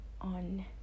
on